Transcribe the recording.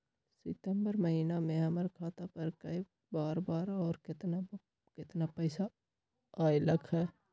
सितम्बर महीना में हमर खाता पर कय बार बार और केतना केतना पैसा अयलक ह?